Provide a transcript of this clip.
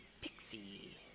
Pixie